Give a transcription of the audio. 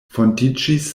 fondiĝis